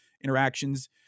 interactions